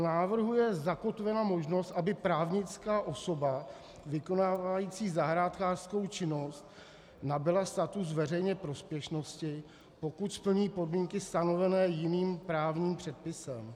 V návrhu je zakotvena možnost, aby právnická osoba vykonávající zahrádkářskou činnost nabyla status veřejné prospěšnosti, pokud splní podmínky stanovené jiným právním předpisem.